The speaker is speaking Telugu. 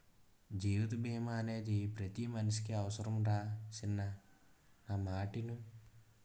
జీవిత బీమా అనేది పతి మనిసికి అవుసరంరా సిన్నా నా మాటిను